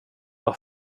vad